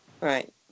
Right